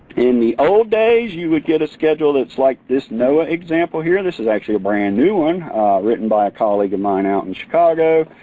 in the old days you would get a schedule that's like this noaa schedule here. this is actually a brand new one written by a colleague of mine out in chicago.